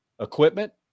equipment